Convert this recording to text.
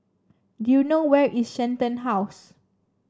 do you know where is Shenton House